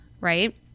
right